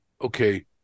okay